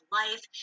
life